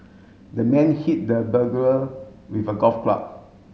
the man hit the burglar with a golf club